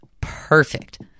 perfect